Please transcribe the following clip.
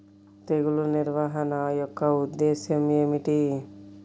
తెగులు నిర్వహణ యొక్క ఉద్దేశం ఏమిటి?